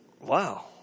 wow